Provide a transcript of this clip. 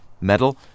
Metal